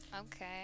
okay